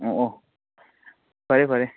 ꯑꯣ ꯑꯣ ꯐꯔꯦ ꯐꯔꯦ